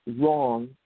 wrong